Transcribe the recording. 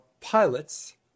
pilots